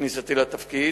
לכניסתי לתפקיד,